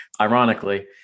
ironically